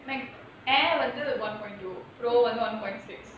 Mac Air வந்து:vanthu one point two pro வந்து:vanthu one point six